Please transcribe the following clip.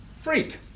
Freak